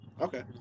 Okay